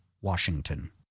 Washington